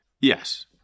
Yes